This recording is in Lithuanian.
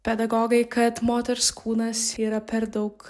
pedagogai kad moters kūnas yra per daug